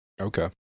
okay